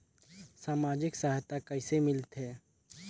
समाजिक सहायता कइसे मिलथे?